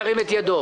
ירים את ידו.